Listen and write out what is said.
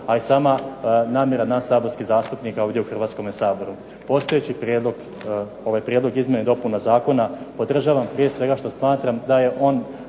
ali i sama namjera nas saborskih zastupnika ovdje u Hrvatskome saboru. Postojeći ovaj prijedlog izmjena i dopuna zakona podržavam prije svega što smatram da je on